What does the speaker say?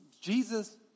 Jesus